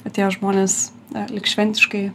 atėjo žmonės lyg šventiškai